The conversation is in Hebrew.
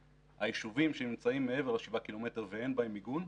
היישובים שנמצאים מעבר לשבעה קילומטר ואין בהם מיגון,